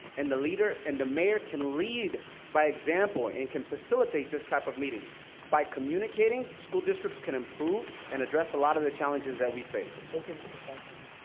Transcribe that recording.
and the leader and the mayor can lead by example and can facilitate this type of meeting by communicating, school districts can improve and address a lot of the challenges that we face. thank you, mr. sanchez.